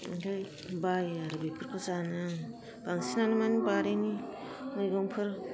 ओमफ्राय बायो आरो बेफोरखौ जानो आं बांसिनानो मानि बारिनि मैगंफोर